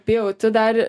pijau tu dar